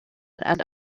and